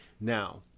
Now